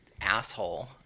asshole